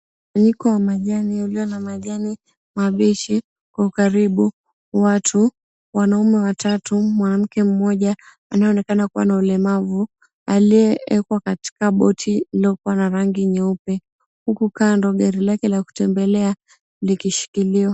Mkusanyiko wa majani ulio na majani mabichi kwa ukaribu, watu wanaume watatu mwanamke mmoja anayeonekana kuwa na ulemavu aliyeekwa katika boti iliyokuwa na rangi nyeupe huku kando gari lake la kutembelea likishikiliwa.